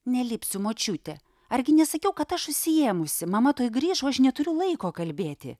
nelipsiu močiute argi nesakiau kad aš užsiėmusi mama tuoj grįš o aš neturiu laiko kalbėti